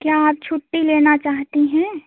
क्या आप छुट्टी लेना चाहती हैं